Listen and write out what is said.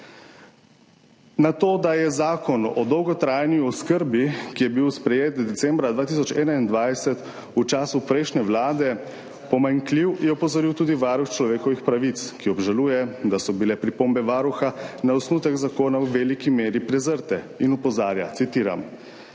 Na to, da je Zakon o dolgotrajni oskrbi, ki je bil sprejet decembra 2021 v času prejšnje vlade, pomanjkljiv, je opozoril tudi Varuh človekovih pravic, ki obžaluje, da so bile pripombe Varuha na osnutek zakona v veliki meri prezrte, in opozarja, citiram: